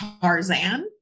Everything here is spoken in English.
Tarzan